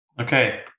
Okay